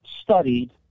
studied